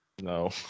no